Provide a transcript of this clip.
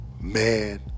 Man